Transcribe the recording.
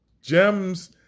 Gems